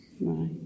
Right